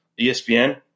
ESPN